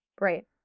Right